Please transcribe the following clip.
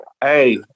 hey